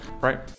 Right